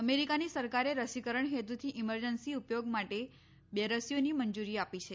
અમેરિકાની સરકારે રસીકરણ હેતુથી ઇમરજન્સી ઉપયોગ માટે બે રસીઓને મંજૂરી આપી છે